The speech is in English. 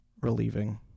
Relieving